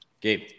Gabe